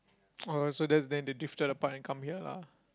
oh that's then they drifted apart and come here lah